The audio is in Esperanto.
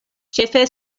ĉefe